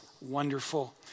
wonderful